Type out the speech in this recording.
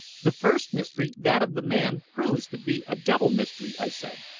the first mystery that of the man proves to be a double mystery, i said.